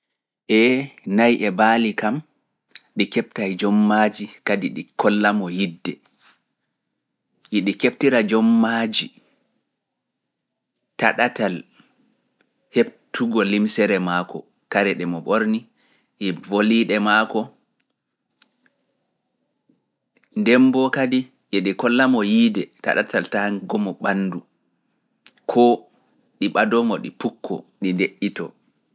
E nayi e baali kam ɗi keɓtay jommaaji kadi ɗi kollamo yiide taɗatal heptugo limse maako ko kare maako. di badoto di ngada ka tahango mo ɓanndu koo ɗi ɓado mo ɗi pukko ɗi ndeƴƴitoo.